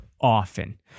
often